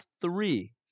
three